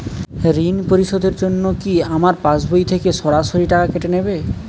ঋণ পরিশোধের জন্য কি আমার পাশবই থেকে সরাসরি টাকা কেটে নেবে?